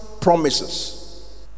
promises